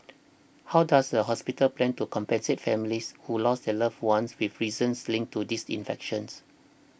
how does the hospital plan to compensate families who lost their loved ones with reasons linked to this infections